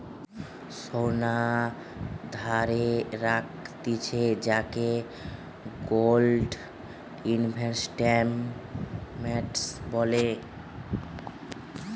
সোনা ধারে রাখতিছে যাকে গোল্ড ইনভেস্টমেন্ট বলে